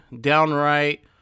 downright